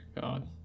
God